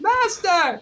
Master